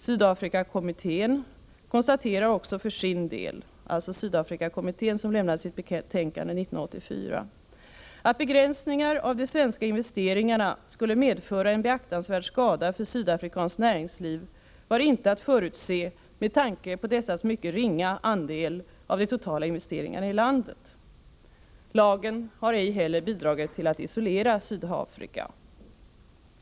Sydafrikakommittén, som lämnade sitt betänkande 1984, konstaterar också för sin del: ”Att begränsningar av de svenska investeringarna skulle medföra en beaktansvärd skada för sydafrikanskt näringsliv var inte att förutse med tanke på dessas mycket ringa andel —-—-- av de totala investeringarna i landet”. Lagen har ej heller bidragit till att isolera Sydafrika.